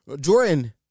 Jordan